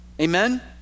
Amen